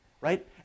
right